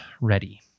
Ready